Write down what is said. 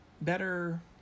better